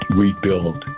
rebuild